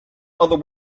other